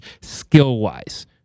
skill-wise